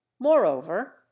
Moreover